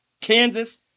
Kansas